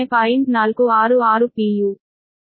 466 p